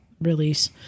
release